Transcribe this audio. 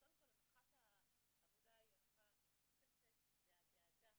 אז קודם כל הנחת העבודה היא הנחה משותפת והדאגה